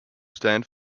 stand